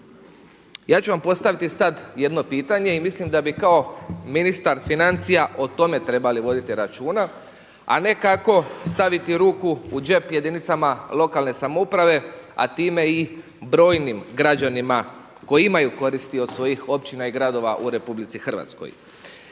Ja ću vam postaviti sada jedno pitanje i mislim da bi kao ministar financija o tome trebali voditi računa, a ne kako staviti ruku u džep jedinicama lokalne samouprave, a time i brojnim građanima koji imaju koristi od svojih općina i gradova u RH. Ministre, ako